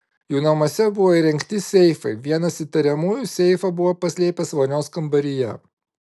jų namuose buvo įrengti seifai vienas įtariamųjų seifą buvo paslėpęs vonios kambaryje